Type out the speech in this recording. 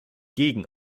gegen